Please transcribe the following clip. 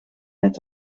met